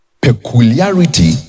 peculiarity